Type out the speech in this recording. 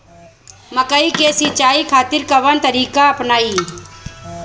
मकई के सिंचाई खातिर कवन तकनीक अपनाई?